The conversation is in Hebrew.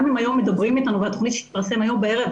גם אם היום מדברים איתנו על התוכנית שתתפרסם היום בערב,